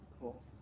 Cool